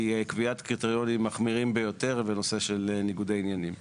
היא קביעת קריטריונים מחמירים ביותר בנושא של ניגודי עניינים.